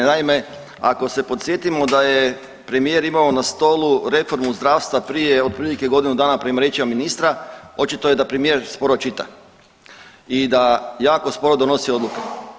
Naime, ako se podsjetimo da je premijer imao na stolu reformu zdravstva prije otprilike godinu dana prema riječima ministra, očito je da premijer sporo čita i da jako sporo donosi odluke.